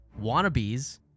wannabes